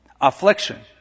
affliction